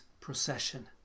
procession